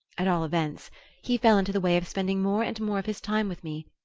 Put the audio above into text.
at all events he fell into the way of spending more and more of his time with me.